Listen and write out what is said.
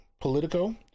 Politico